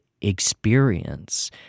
experience